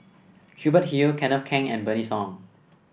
Hubert Hill Kenneth Keng and Bernice Ong